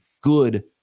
good